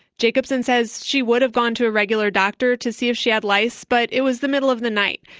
jacobsen says she would have gone to a regular doctor to see if she had lice, but it was the middle of the night.